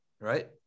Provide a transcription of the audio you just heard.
right